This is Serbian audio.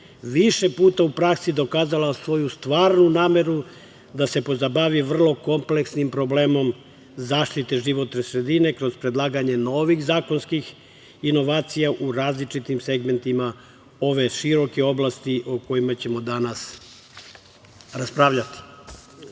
više puta u praksi dokazala svoju stvarnu nameru da se pozabavi vrlo kompleksnim problemom zaštite životne sredine kroz predlaganje novih zakonskih inovacija u različitim segmentima ove široke oblasti o kojima ćemo danas raspravljati. Mislim